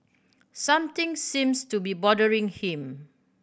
something seems to be bothering him